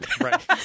Right